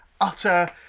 utter